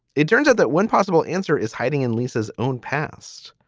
it turns out that one possible answer is hiding in lisa's own past.